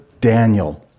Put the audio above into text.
Daniel